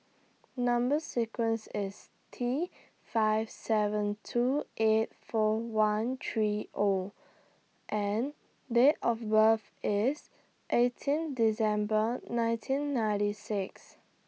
Number sequence IS T five seven two eight four one three O and Date of birth IS eighteen December nineteen ninety six